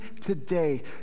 today